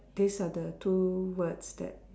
this are the two words that